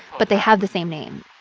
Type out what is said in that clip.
but they have the same name.